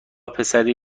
پسری